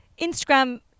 Instagram